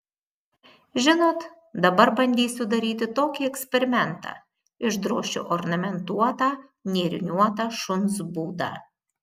žinot dabar bandysiu daryti tokį eksperimentą išdrošiu ornamentuotą nėriniuotą šuns būdą